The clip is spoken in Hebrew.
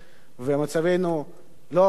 ומצבנו לא הכי טוב.